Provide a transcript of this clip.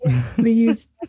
please